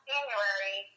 January